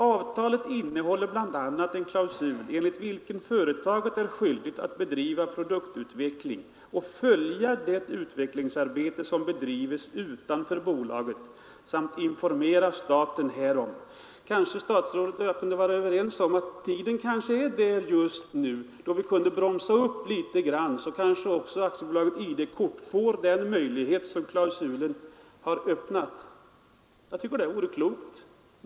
Avtalet innehåller bl.a. en klausul enligt vilken företaget är skyldigt att bedriva produktutveckling och följa det utvecklingsarbete som bedrivs utanför bolaget samt informera staten härom.” — Kanske statsrådet och jag kunde vara överens om att tiden nu är inne för detta. Om vi kunde bromsa upp något så kunde AB ID-kort få den möjlighet som denna klausul har öppnat. Det vore klokt.